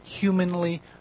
humanly